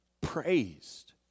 praised